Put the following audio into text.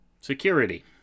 Security